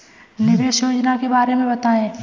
निवेश योजना के बारे में बताएँ?